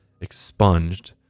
expunged